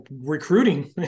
recruiting